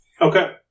Okay